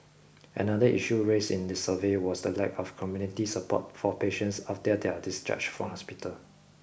another issue raised in the survey was the lack of community support for patients after their discharge from hospital